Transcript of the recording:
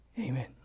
Amen